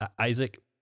Isaac